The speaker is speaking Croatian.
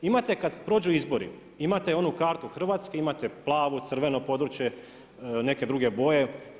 Imate kada prođu izbori, imate onu kartu Hrvatske, imate plavo, crveno područje, neke druge boje.